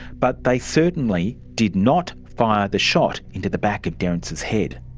but they certainly did not fire the shot into the back of derrance's head.